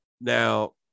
Now